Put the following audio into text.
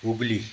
Hooghly